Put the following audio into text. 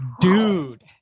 Dude